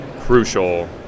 crucial